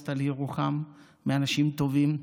שגייסת לירוחם מאנשים טובים,